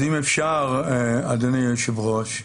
אז אם אפשר, אדוני היושב-ראש,